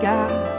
God